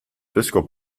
fiscal